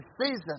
season